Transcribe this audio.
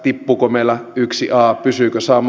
tippuuko meillä yksi a pysyykö sama